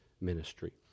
ministry